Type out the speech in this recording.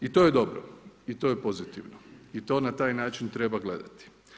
I to je dobro i to je pozitivno i to na taj način treba gledati.